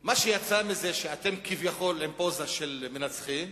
מה שיצא מזה זה שאתם, כביכול, בפוזה של מנצחים,